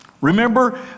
Remember